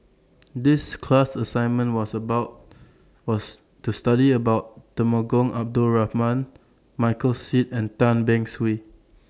The class assignment was about was to study about Temenggong Abdul Rahman Michael Seet and Tan Beng Swee